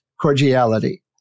cordiality